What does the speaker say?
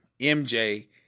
MJ